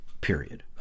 period